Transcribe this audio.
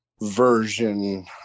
version